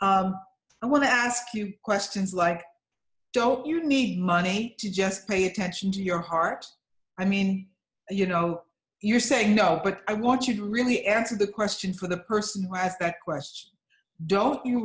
lists i want to ask you questions like don't you need money to just pay attention to your heart i mean you know you're saying no but i want you to really answer the question for the person who asked that question don't you